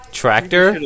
tractor